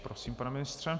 Prosím, pane ministře.